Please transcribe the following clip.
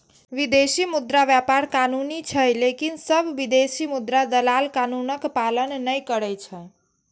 विदेशी मुद्रा व्यापार कानूनी छै, लेकिन सब विदेशी मुद्रा दलाल कानूनक पालन नै करै छै